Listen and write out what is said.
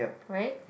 right